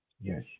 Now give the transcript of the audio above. Yes